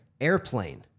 Airplane